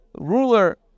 ruler